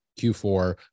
Q4